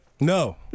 No